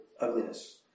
ugliness